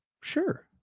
sure